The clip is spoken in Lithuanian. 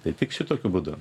tai tik šitokiu būdu